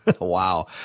Wow